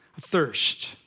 Thirst